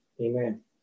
Amen